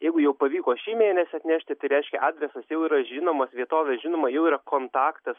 jeigu jau pavyko šį mėnesį atnešti tai reiškia adresas jau yra žinomas vietovė žinoma jau yra kontaktas